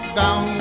down